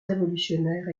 révolutionnaire